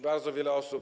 Bardzo wiele osób.